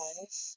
life